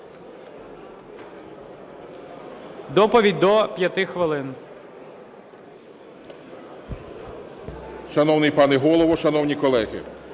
Доповідь – до 5 хвилин.